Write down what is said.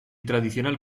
tradicional